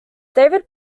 david